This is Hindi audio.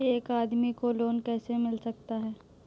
एक आदमी को लोन कैसे मिल सकता है?